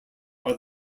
are